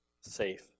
safe